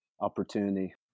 opportunity